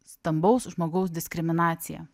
stambaus žmogaus diskriminaciją